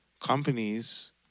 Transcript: companies